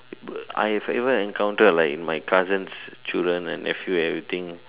I have even encounter like my cousins children and nephew and everything